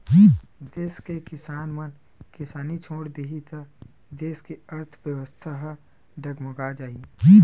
देस के किसान मन किसानी छोड़ देही त देस के अर्थबेवस्था ह डगमगा जाही